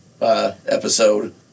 episode